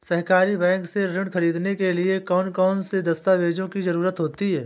सहकारी बैंक से ऋण ख़रीदने के लिए कौन कौन से दस्तावेजों की ज़रुरत होती है?